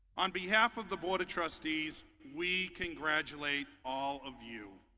on behalf of the border trustees we congratulate all of you,